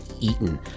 eaten